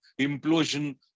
implosion